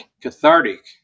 cathartic